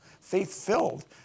faith-filled